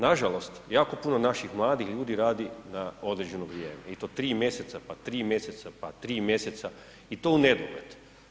Nažalost, jako puno naših mladih ljudi radi na određeno vrijeme, i to tri mjeseca, pa tri mjeseca, pa tri mjeseca i to u nedogled.